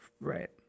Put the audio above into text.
Right